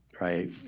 right